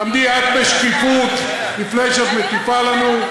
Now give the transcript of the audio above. תעמדי את בשקיפות לפני שאת מטיפה לנו.